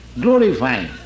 glorifying